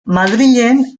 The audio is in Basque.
madrilen